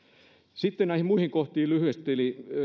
sitten näihin muihin kohtiin lyhyesti